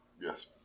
Yes